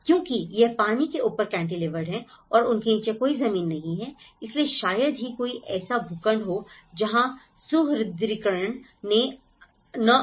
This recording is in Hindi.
क्योंकि यह पानी के ऊपर कैंटीलेवर्ड है और उनके नीचे कोई ज़मीन नहीं है इसलिए शायद ही कोई ऐसा भूखंड हो जहां कोई सुदृढीकरण न आया हो